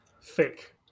Fake